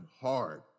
hard